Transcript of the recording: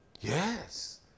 Yes